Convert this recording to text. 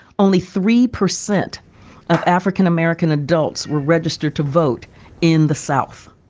only three percent of african-american adults were registered to vote in the south.